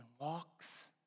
walks